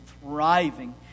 thriving